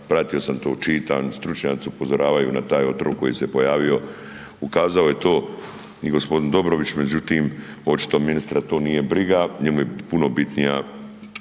pratio sam to, čitam, stručnjaci upozoravaju na taj otrov koji se pojavio, ukazao je to i g. Dobrović, međutim, očito ministra to nije briga, njemu je puno bitnija